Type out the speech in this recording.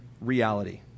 reality